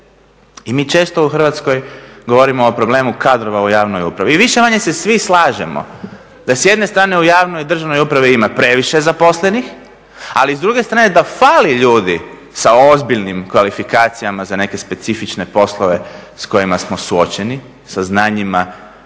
I mi često u Hrvatskoj govorimo o problemu kadrova u javnoj upravi i više-manje se svi slažemo da s jedne strane u javnoj državnoj upravi ima previše zaposlenih, ali s druge strane da fali ljudi sa ozbiljnim kvalifikacijama za neke specifične poslove sa kojima smo suočeni sa znanjima